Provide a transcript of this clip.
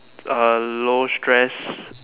a low stress